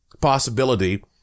possibility